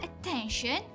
attention